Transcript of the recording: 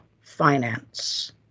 finance